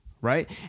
right